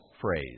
phrase